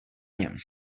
něm